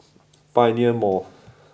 Pioneer Mall